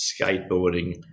skateboarding